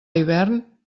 hivern